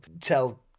tell